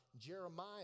Jeremiah